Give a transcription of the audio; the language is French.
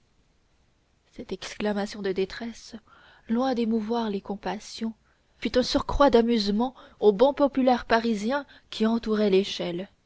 cette exclamation de détresse loin d'émouvoir les compassions fut un surcroît d'amusement au bon populaire parisien qui entourait l'échelle